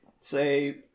say